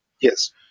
Yes